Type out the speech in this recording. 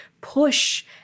push